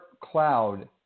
cloud